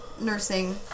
nursing